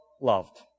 loved